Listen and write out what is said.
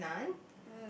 Vietnam